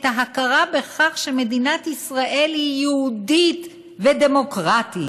ההכרה בכך שמדינת ישראל היא יהודית ודמוקרטית.